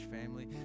family